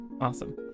Awesome